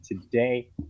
today